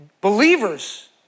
believers